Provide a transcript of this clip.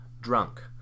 drunk